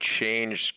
changed